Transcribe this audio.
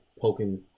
poking